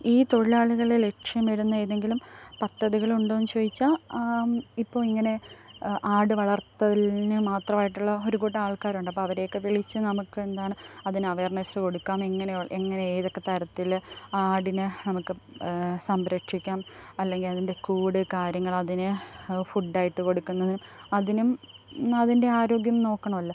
ഈ തൊഴിലാളികളെ ലക്ഷ്യമിടുന്ന ഏതെങ്കിലും പദ്ധതികൾ ഉണ്ടോന്ന് ചോദിച്ചാൽ ഇപ്പോൾ ഇങ്ങനെ ആട് വളര്ത്തലിന് മാത്രമായിട്ടുള്ള ഒരു കൂട്ടം ആള്ക്കാരുണ്ട് അപ്പോൾ അവരെയൊക്കെ വിളിച്ച് നമുക്ക് എന്താണ് അതിന് അവേര്നസ് കൊടുക്കാം എങ്ങനെയോ എങ്ങനെ ഏതൊക്കെ തരത്തിൽ ആടിനെ നമുക്ക് സംരക്ഷിക്കാം അല്ലെങ്കിൽ അതിന്റെ കൂട് കാര്യങ്ങള് അതിന് ഫുഡായിട്ട് കൊടുക്കുന്നതിനും അതിനും അതിന്റെ ആരോഗ്യം നോക്കണമല്ലോ